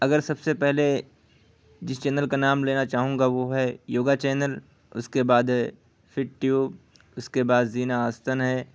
اگر سب سے پہلے جس چینل کا نام لینا چاہوں گا وہ ہے یوگا چینل اس کے بعد فٹ ٹیوب اس کے بعد زینا آستن ہے